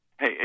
Hey